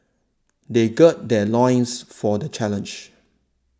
they gird their loins for the challenge